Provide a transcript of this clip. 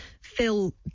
Phil